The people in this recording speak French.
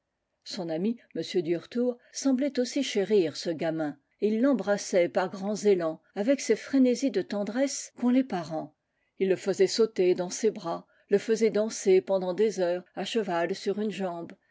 son ami m duretour semblait aussi chérir ce gamin et il l'embrassait par grands élans avec ces frénésies de tendresse qu'ont les parents il le faisait sauter dans ses bras le faisait danser pendant des heures à cheval sur une jambe